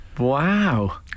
Wow